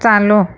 चालू